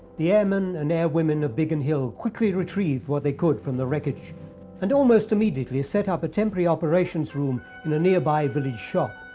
the airmen and airwomen of biggin hill quickly retrieved what they could from the wreckage and almost immediately set up a temporary operations room in a nearby village shop.